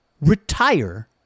retire